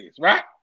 Right